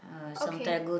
okay